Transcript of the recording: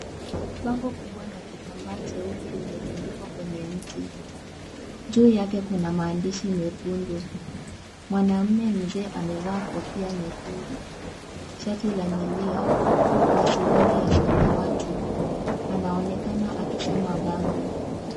Bango kubwa la kitambaa cheupe limetundikwa kwenye mti. Juu yake kuna maandishi mekundu. Mwanamume mzee amevaa kofia nyekundu, shati la milia na suruali ya samawati, anaonekana akisoma bango.